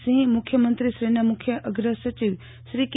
સિંહ મુખ્યમંત્રીશ્રીના મુખ્ય અગ્ર સચિવ શ્રી કે